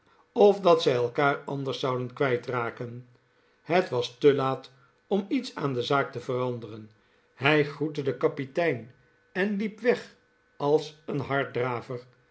of dat zij elkaar anders zouden kwijtraken het was te laat om iets aan de zaak te veranderen hij groette den kapitein en liep weg als een